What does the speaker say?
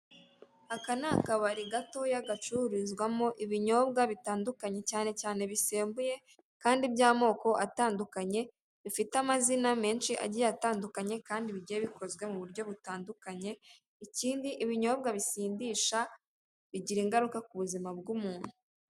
Aka ni akabari gatoya gacururizwamo ibinyobwa bitandukanye cyane cyane bisembuye kandi by'amoko atandukanye bifite amazina menshi agiye atandukanye kandi bijya bikozwe mu buryo butandukanye, ikindi ibinyobwa bisindisha bigira ingaruka ku buzima bw'umuntu.